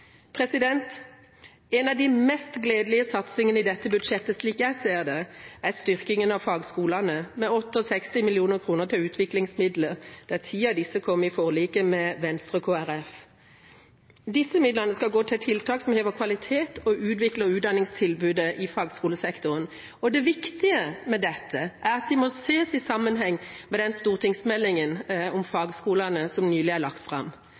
En av de mest gledelige satsingene i dette budsjettet, slik jeg ser det, er styrkingen av fagskolene med 68 mill. kr til utviklingsmidler, der ti av disse kom i forliket med Venstre og Kristelig Folkeparti. Disse midlene skal gå til tiltak som hever kvaliteten og utvikler utdanningstilbudet i fagskolesektoren. Og det viktige med dette er at det må sees i sammenheng med den stortingsmeldinga om fagskolene som nylig er lagt fram.